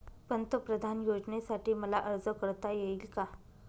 पंतप्रधान योजनेसाठी मला अर्ज करता येईल का?